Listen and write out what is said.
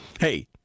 Hey